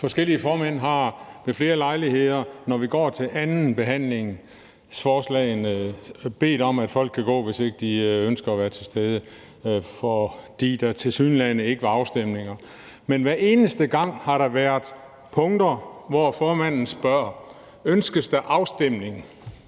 Forskellige formænd har ved flere lejligheder, når vi går til anden behandling af forslagene, bedt om, at folk går, hvis de ikke ønsker at være til stede, fordi der tilsyneladende ikke er afstemninger. Men hver eneste gang har der været punkter, hvor formanden spørger: Ønskes der afstemning?